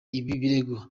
birego